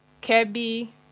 Kebby